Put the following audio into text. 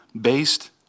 based